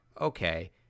okay